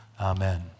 Amen